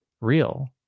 real